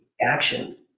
action